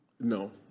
no